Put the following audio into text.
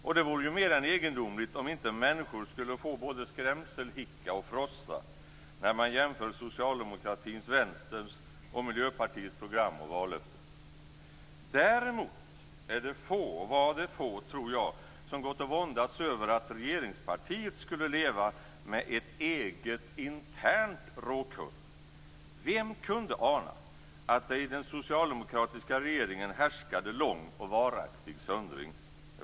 Och det vore ju mer än egendomligt om inte människor skulle få både skrämselhicka och frossa när man jämför socialdemokratins, Vänsterns och Miljöpartiets program och vallöften. Däremot var det få, tror jag, som gått och våndats över att regeringspartiet skulle leva med ett eget internt råkurr. Vem kunde ana att det i den socialdemokratiska regeringen härskade lång och varaktig söndring?